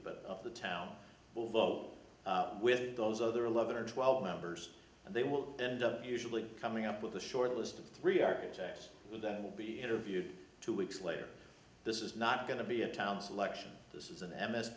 but the town will vote with those other eleven or twelve members and they will end up usually coming up with a shortlist of three architects who don't will be interviewed two weeks later this is not going to be a town selection this is an m s